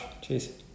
cheers